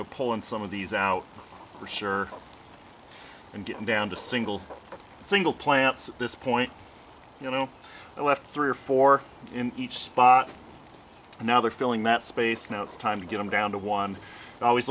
know pull in some of these out for sure and getting down to single single plants this point you know i left three or four in each spot and now they're filling that space now it's time to get them down to one always